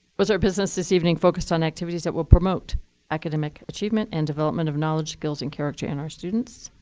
was our business this evening focused on activities that will promote academic achievement and development of knowledge, skills, and character in our students?